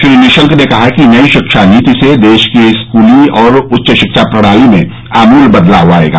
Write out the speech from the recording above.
श्री निशंक ने कहा कि नई शिक्षा नीति से देश की स्कूली और उच्च शिक्षा प्रणाली में आमूल बदलाव आएगा